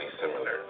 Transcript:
similar